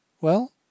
Well